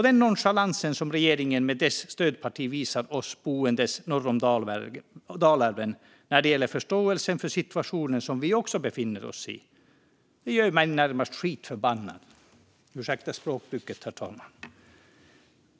Den nonchalans som regeringen och dess stödparti har visat oss boende norr om Dalälven när det gäller den situation som även vi befinner oss i gör mig närmast skitförbannad. Ursäkta språkbruket, herr talman!